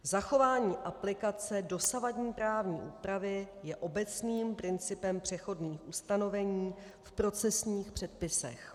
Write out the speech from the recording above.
Zachování aplikace dosavadní právní úpravy je obecným principem přechodných ustanovení v procesních předpisech.